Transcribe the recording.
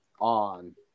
on